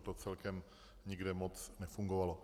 To celkem nikde moc nefungovalo.